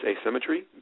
asymmetry